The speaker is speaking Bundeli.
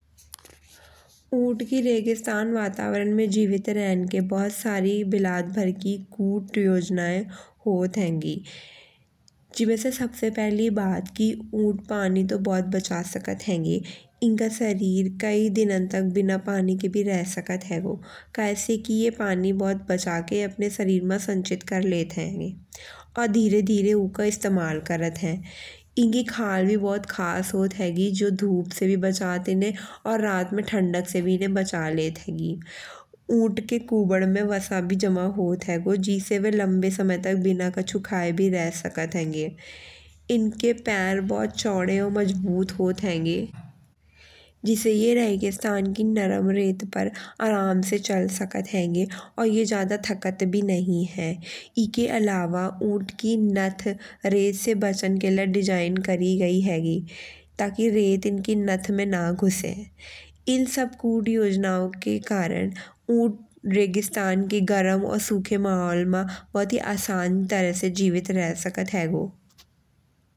ऊँट की रेगिस्तान वातावरण में जीवित राहन के बहुत सारी विलक्ष्य भर किकूट योजनायें होत हेंगी। जिमे से सबसें पहली बात की ऊँट पानी तो बहुत बचा सकत हेंगें। इनका शरीर कई दिनन तक बिना पानी के रह सकत हैगो। इनका शरीर कई दिनन तक बिना पानी के भी रह सकत हैगो। कै से ये पानी बहुत बचा के अपने शरीर मा संचित कर लेत हेंगें। और धीरे-धीरे उको इस्तेमाल करत हेंगें। इनकी खाल भी बहुत खास होत हेगी जी धूप से भी । इन्हें और रात में ठंडक से भी इन्हें बचा लेत हेगी। ऊँट के कूबा में वसा भी जमा होत हैगो, जिसे बे लंबे समय तक बिना कछु खाये भी रह सकत हेंगें। इनके पैर बहुत चौड़े और मजबूत होत हेंगें। जिसे ये रेगिस्तान की नरम रेत पर चल सकत हेंगें। और ये ज्यादा थकात भी नहि है। इके अलावा ऊँट की नथ रेत से बचन के लिये डिज़ाइन करी गई हा। ताकि रेत इनकी नथ में ना घुसे। इन सब कूट योजनाओ के कारण रेगिस्तान की गरम और सुखे माहौल मासान तरह से जीवित रह सकत हैगो।